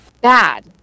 Bad